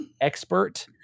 expert